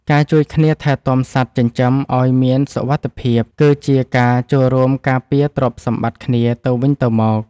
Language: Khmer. ការជួយគ្នាថែទាំសត្វចិញ្ជឺមឲ្យមានសុវត្ថិភាពគឺជាការចូលរួមការពារទ្រព្យសម្បត្តិគ្នាទៅវិញទៅមក។